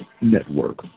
Network